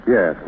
Yes